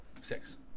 Six